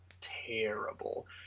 terrible